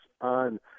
on